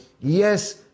yes